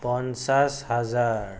পঞ্চাছ হাজাৰ